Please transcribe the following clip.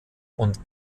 und